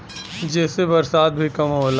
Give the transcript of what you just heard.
जेसे बरसात भी कम होला